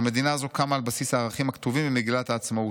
"המדינה הזאת קמה על בסיס הערכים הכתובים במגילת העצמאות.